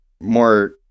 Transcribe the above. more